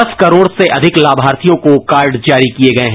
दस करोड़ से अधिक लाभार्थियों को कार्ड जारी किए गए हैं